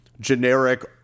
generic